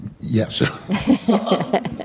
Yes